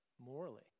morally